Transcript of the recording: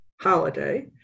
holiday